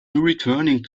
returning